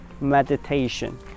Meditation